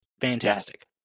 fantastic